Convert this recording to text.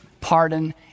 pardon